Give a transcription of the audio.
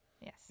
yes